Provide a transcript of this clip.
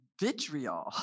vitriol